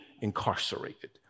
incarcerated